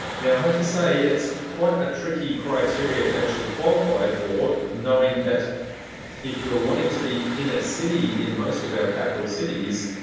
have to say that's quite a tricky criteria to actually qualify for, knowing that if you're wanting to be in a city in most of our capital cities,